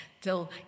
till